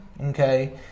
okay